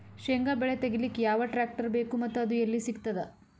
ಶೇಂಗಾ ಬೆಳೆ ತೆಗಿಲಿಕ್ ಯಾವ ಟ್ಟ್ರ್ಯಾಕ್ಟರ್ ಬೇಕು ಮತ್ತ ಅದು ಎಲ್ಲಿ ಸಿಗತದ?